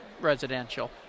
residential